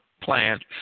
plant